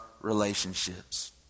relationships